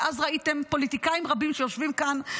ואז ראיתם פוליטיקאים רבים שיושבים כאן,